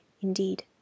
indeed